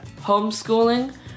homeschooling